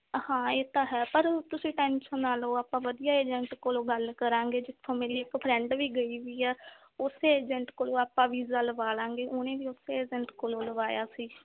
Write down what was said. ਹਾਂ ਇਹ ਤਾਂ ਹੈ ਪਰ ਤੁਸੀਂ ਟੈਂਸ਼ਨ ਨਾ ਲਓ ਆਪਾਂ ਵਧੀਆ ਏਜੰਟ ਕੋਲੋਂ ਗੱਲ ਕਰਾਂਗੇ ਜਿੱਥੋਂ ਮੇਰੀ ਇੱਕ ਫਰੈਂਡ ਵੀ ਗਈ ਵੀ ਆ ਉਸ ਏਜੰਟ ਕੋਲੋਂ ਆਪਾਂ ਵੀਜ਼ਾ ਲਵਾ ਲਵਾਂਗੇ ਉਹਨੇ ਵੀ ਉਸ ਏਜੰਟ ਕੋਲੋਂ ਲਗਵਾਇਆ ਸੀ